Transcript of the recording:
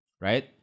Right